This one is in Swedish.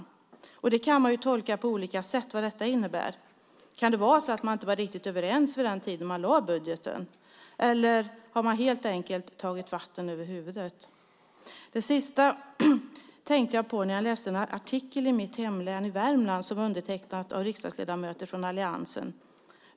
Vad detta innebär kan man tolka på olika sätt. Kan det vara så att man inte var riktigt överens vid tiden då man lade fram budgeten? Eller har man helt enkelt tagit sig vatten över huvudet? Det sista tänkte jag på när jag läste en artikel i mitt hemlän Värmland som var undertecknad av riksdagsledamöter från alliansen.